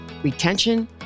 retention